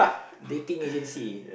dating agency